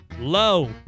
low